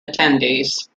attendees